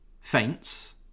faints